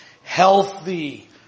healthy